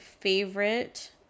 favorite